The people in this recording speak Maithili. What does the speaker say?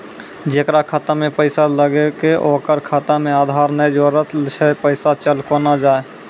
जेकरा खाता मैं पैसा लगेबे ओकर खाता मे आधार ने जोड़लऽ छै पैसा चल कोना जाए?